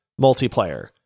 multiplayer